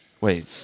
Wait